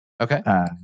Okay